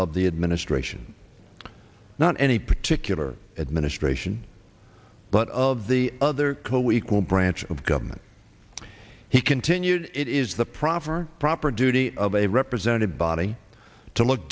of the administration not any particular administration but of the other co equal branch of government he continued it is the proper proper duty of a representative body to look